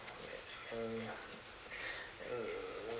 mm mm